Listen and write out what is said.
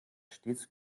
stets